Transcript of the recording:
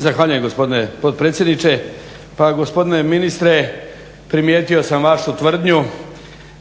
Zahvaljujem gospodine potpredsjedniče. Pa gospodine ministre primijetio sam vašu tvrdnju